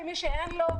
ומי שאין לו,